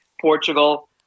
Portugal